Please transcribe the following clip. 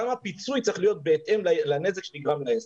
גם הפיצוי צריך להיות בהתאם לנזק שנגרם לעסק.